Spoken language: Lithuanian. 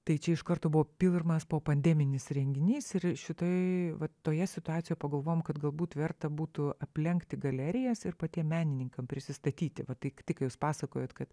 tai čia iš karto buvo pirmas po pandeminis renginys ir šitoj vat toje situacijoj pagalvojom kad galbūt verta būtų aplenkti galerijas ir patiem menininkam prisistatyti va tai tai ką jūs pasakojot kad